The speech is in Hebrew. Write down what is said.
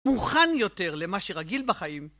מוכן יותר למה שרגיל בחיים.